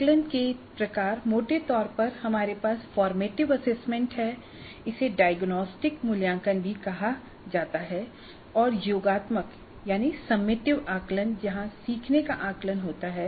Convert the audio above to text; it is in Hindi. आकलन के प्रकार मोटे तौर पर हमारे पास फॉर्मेटिव असेसमेंट है इसे डायग्नोस्टिक मूल्यांकन भी कहा जाता है और योगात्मक सम्मेटिव आकलन जहां सीखने का आकलन होता है